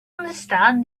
understand